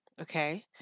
okay